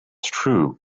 true